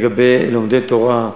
לגבי לומדי תורה,